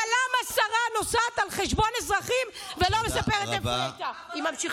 אבל למה שרה נוסעת על חשבון אזרחים ולא מספרת איפה היא הייתה.